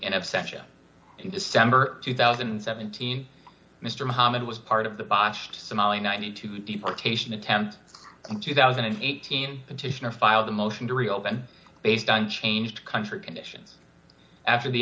in absentia in december two thousand and seventeen mr muhammad was part of the botched somali ninety two deportation attempt in two thousand and eighteen petitioner filed a motion to reopen based on changed country conditions after the